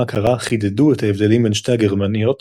הקרה חידדו את ההבדלים בין שתי הגרמניות